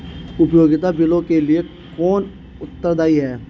उपयोगिता बिलों के लिए कौन उत्तरदायी है?